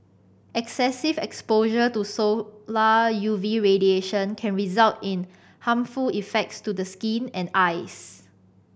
excessive exposure to solar U V radiation can result in harmful effects to the skin and eyes